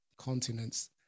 continents